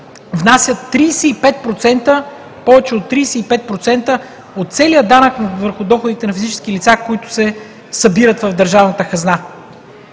внасят повече от 35% от целия данък върху доходите на физически лица, които се събират в държавната хазна.